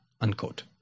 unquote